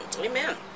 Amen